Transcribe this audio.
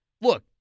look